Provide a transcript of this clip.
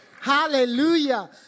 Hallelujah